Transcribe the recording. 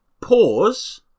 pause